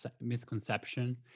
misconception